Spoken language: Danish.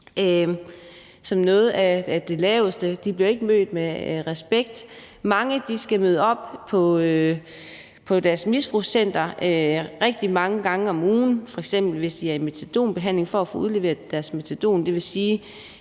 som noget af det laveste. De bliver ikke mødt med respekt. Mange skal møde op på deres misbrugscenter rigtig mange gange om ugen, f.eks. hvis de er i metadonbehandling, for at få udleveret deres metadon.